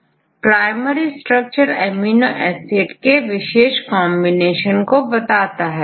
जो primary structure amino acid के विशेष कांबिनेशन को बताता है